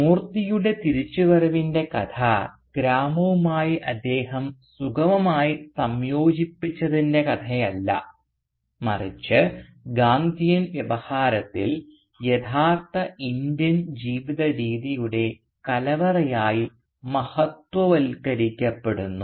മൂർത്തിയുടെ തിരിച്ചുവരവിൻറെ കഥ ഗ്രാമവുമായി അദ്ദേഹം സുഗമമായി സംയോജിപ്പിച്ചതിൻറെ കഥയല്ല മറിച്ച് ഗാന്ധിയൻ വ്യവഹാരത്തിൽ യഥാർത്ഥ ഇന്ത്യൻ ജീവിതരീതിയുടെ കലവറയായി മഹത്ത്വവത്കരിക്കപ്പെടുന്നു